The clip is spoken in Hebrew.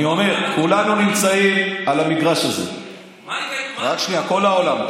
אני אומר, כולנו נמצאים על המגרש הזה, כל העולם.